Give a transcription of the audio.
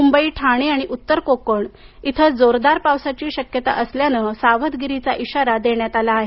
मुंबई ठाणे आणि उत्तर कोकण इथं जोरदार पावसाची शक्यता असल्यानं सावधगिरीचा इशारा देण्यात आला आहे